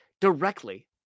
directly